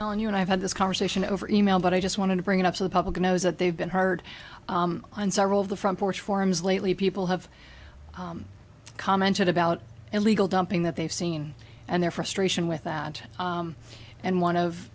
read on you and i have had this conversation over email but i just wanted to bring it up to the public knows that they've been hard on several of the front porch forums lately people have commented about illegal dumping that they've seen and their frustration with that and one of